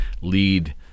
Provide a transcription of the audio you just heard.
lead